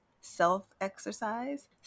self-exercise